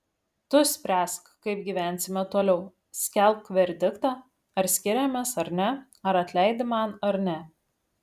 tu spręsk kaip gyvensime toliau skelbk verdiktą ar skiriamės ar ne ar atleidi man ar ne